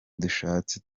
dushatse